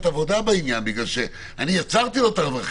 עבודה בעניין בגלל שאני יצרתי לו את הרווחים.